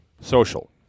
Social